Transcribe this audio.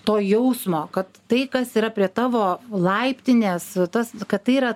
to jausmo kad tai kas yra prie tavo laiptinės tas kad tai yra